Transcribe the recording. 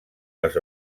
les